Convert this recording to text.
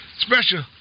special